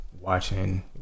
watching